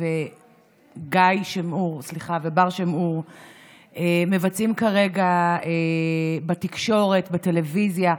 ובר שם-אור מבצעים כרגע בתקשורת, בטלוויזיה,